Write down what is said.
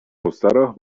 مستراح